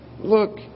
Look